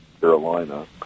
Carolina